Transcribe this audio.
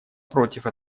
против